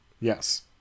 Yes